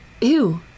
Ew